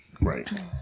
right